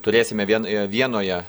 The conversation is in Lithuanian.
turėsime vien vienoje